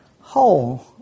whole